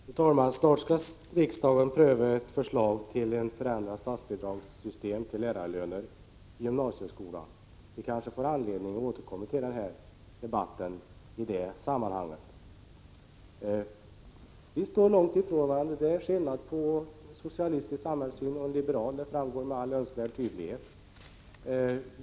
Fru talman! Snart skall riksdagen pröva ett förslag till förändrat statsbidragssystem när det gäller lärarlöner inom gymnasieskolan. Vi kanske får anledning att återkomma till denna debatt i detta sammanhang. Vi står långt ifrån varandra. Det är skillnad mellan socialistisk och liberal samhällssyn — det framgår med all önskvärd tydlighet.